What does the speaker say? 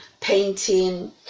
painting